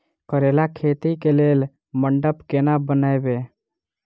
करेला खेती कऽ लेल मंडप केना बनैबे?